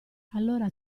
allora